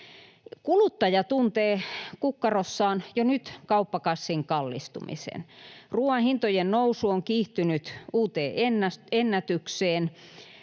Kuluttaja tuntee kukkarossaan jo nyt kauppakassin kallistumisen. Ruuanhintojen nousu on kiihtynyt uuteen ennätykseen